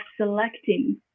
selecting